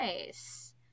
nice